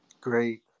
Great